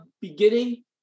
beginning